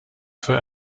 for